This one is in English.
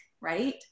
right